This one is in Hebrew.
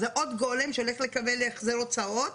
זה עוד גורם של איך לקבל החזר הוצאות,